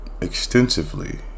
Extensively